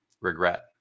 regret